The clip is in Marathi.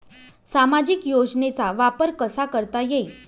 सामाजिक योजनेचा वापर कसा करता येईल?